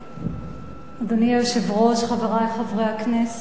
אדוני היושב-ראש, חברי חברי הכנסת,